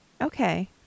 Okay